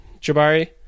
Jabari